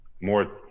more